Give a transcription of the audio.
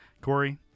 Corey